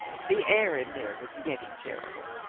the air in there was getting terrible.